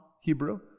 Hebrew